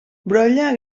brolla